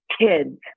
kids